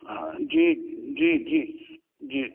हाँ जी जी जी जी